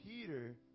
Peter